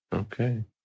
okay